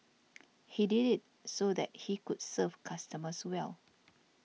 he did it so that he could serve customers well